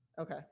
Okay